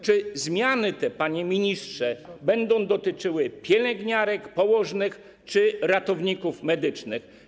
Czy zmiany te, panie ministrze, będą dotyczyły pielęgniarek, położnych, czy ratowników medycznych?